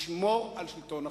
לשמור על שלטון החוק.